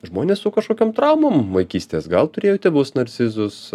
žmonės su kažkokiom traumom vaikystės gal turėjo tėvus narcizus